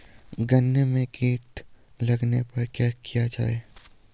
गन्ने में कीट लगने पर क्या किया जाये?